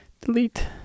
Delete